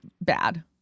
bad